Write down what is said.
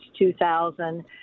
2000